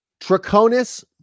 Traconis